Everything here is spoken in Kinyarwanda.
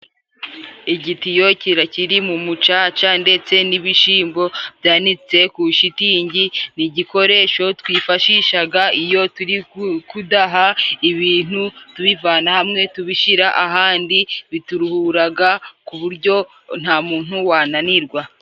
Igitiyo kira, kiriri mu mucaca ndetse n'ibishyimbo byanditse ku ishitingi, ni igikoresho twifashishaga iyo turi kudaha ibintu tubivana hamwe tubishyira ahandi, bituruhuraga ku buryo nta muntu wananirwa.